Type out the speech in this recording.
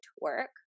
work